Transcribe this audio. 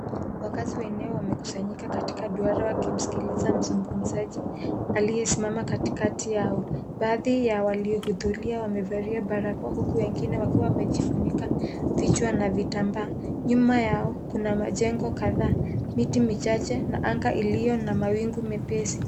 Wakazi wa eneo wamekusanyika katika duara wakimsikiliza mzungumzaji aliyesimama kati kati yao. Baadhi ya waliohudhuria wamevalia barakoa huku wengine wamejifunika vichwa na vitambaa. Nyuma Yao kuna majengo kadhaa, miti michache na anga iliyo na mawingu mepesi.